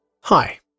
Hi